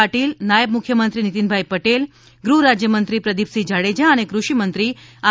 પાટિલ નાયબ મુખ્યમંત્રી નિતિનભાઈ પટેલ ગૃહ રાજ્યમંત્રી પ્રદીપસિંહ જાડેજા અને કૃષિ મંત્રી આર